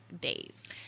days